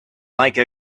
like